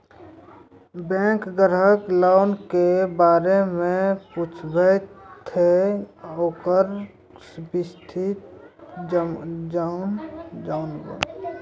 Bank ग्राहक loan के बारे मैं पुछेब ते ओकर स्थिति जॉनब?